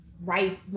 Right